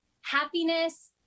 happiness